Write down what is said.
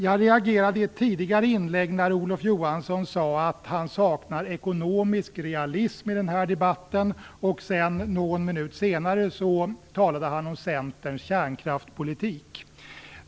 Jag reagerade i ett tidigare inlägg när Olof Johansson sade att han saknar ekonomisk realism i den här debatten och någon minut senare talade om Centerns kärnkraftspolitik.